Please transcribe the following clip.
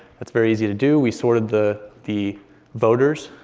that's very easy to do. we sorted the the voters,